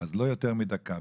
אז לא יותר מדקה.